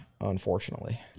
unfortunately